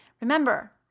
Remember